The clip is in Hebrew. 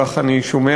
כך אני שומע,